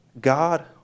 God